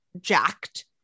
jacked